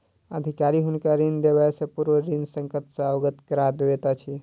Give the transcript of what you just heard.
अधिकारी हुनका ऋण देबयसॅ पूर्व ऋण संकट सॅ अवगत करा दैत अछि